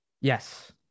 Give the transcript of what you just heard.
Yes